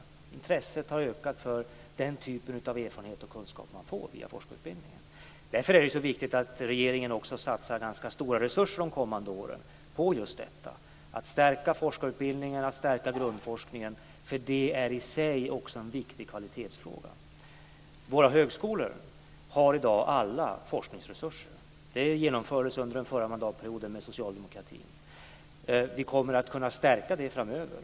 Intresset har ökat för den typen av erfarenhet och kunskap man får via forskarutbildningen. Därför är det så viktigt att regeringen också satsar ganska stora resurser de kommande åren just på att stärka forskarutbildningen och grundforskningen. Det är i sig en viktig kvalitetsfråga. Våra högskolor har i dag alla forskningsresurser. Det genomfördes under den förra mandatperioden med Socialdemokraterna. Vi kommer att kunna stärka det framöver.